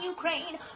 Ukraine